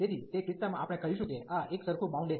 તેથી તે કિસ્સામાં આપણે કહીશું કે આ એકસરખું બાઉન્ડેડ છે